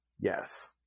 Yes